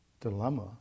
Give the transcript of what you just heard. dilemma